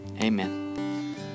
amen